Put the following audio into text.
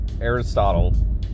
Aristotle